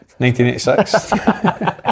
1986